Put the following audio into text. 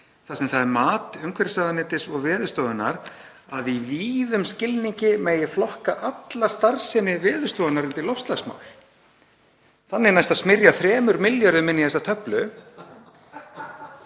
þar sem það er mat umhverfisráðuneytis og Veðurstofunnar að í víðum skilningi megi flokka alla starfsemi Veðurstofunnar undir loftslagsmál. Þannig næst að smyrja 3 milljörðum inn í þessa töflu.